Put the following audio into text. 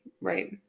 right